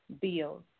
bills